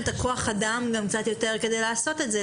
את כוח האדם שנמצא יותר כדי לעשות את זה,